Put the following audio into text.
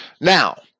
Now